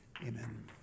Amen